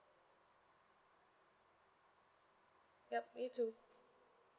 yup you too